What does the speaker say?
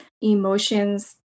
emotions